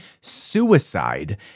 suicide